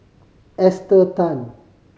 Esther Tan